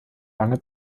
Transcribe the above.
lange